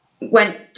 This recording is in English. Went